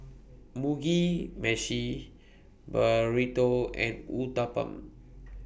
Mugi Meshi Burrito and Uthapam